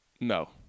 no